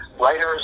writers